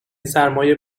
سرمای